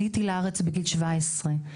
עליתי לארץ בגיל 17,